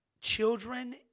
Children